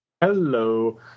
Hello